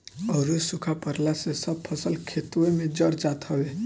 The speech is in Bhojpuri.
अउरी सुखा पड़ला से सब फसल खेतवे में जर जात हवे